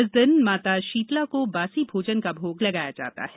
इस दिन माता शीतला को बासी भोजन का भोग लगाया जाता है